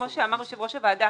כמו שאמר יושב ראש הוועדה,